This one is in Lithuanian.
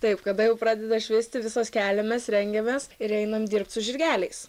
taip kada jau pradeda švisti visos keliamės rengiamės ir einam dirbt su žirgeliais